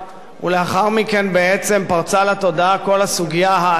אקרא, עד שהיא מגיעה.